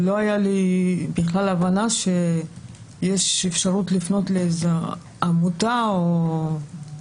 לא הייתה לי בכלל הבנה שיש אפשרות לפנות לאיזה עמותה וכולי.